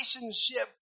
relationship